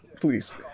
please